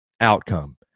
outcome